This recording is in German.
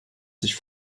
sich